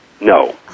No